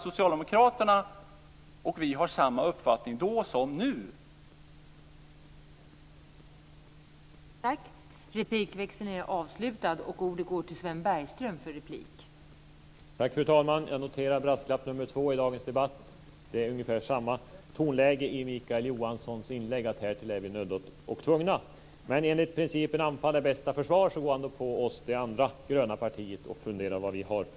Socialdemokraterna och vi har samma uppfattning nu som vi hade då.